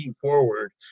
forward